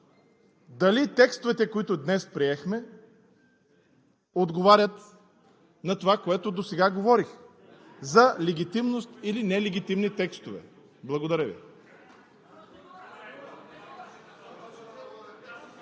дали текстовете, които днес приехме, отговарят на това, което досега говорих – за легитимност или нелегитимни текстове! Благодаря Ви.